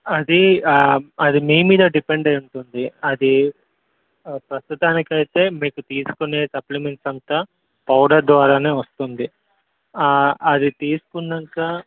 అది అది మీ మీద డిపెండ్ అయింటుంది అది ప్రస్తుతానికైతే మీరు తీసుకునే సప్లిమెంట్స్ అంతా పౌడర్ ద్వారానే వస్తుంది అది తీసుకున్నాక